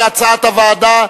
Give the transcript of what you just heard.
כהצעת הוועדה.